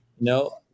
no